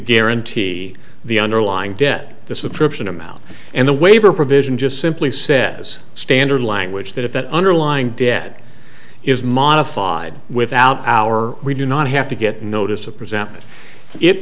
guarantee the underlying debt disapprobation amount and the waiver provision just simply says standard language that if an underlying debt is modified without power we do not have to get notice of present it